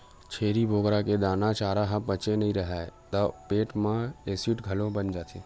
छेरी बोकरा के दाना, चारा ह पचे नइ राहय त पेट म एसिड घलो बन जाथे